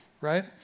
right